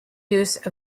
use